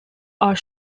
are